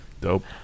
Dope